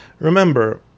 Remember